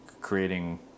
creating